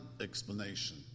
explanation